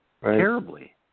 terribly